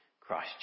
christ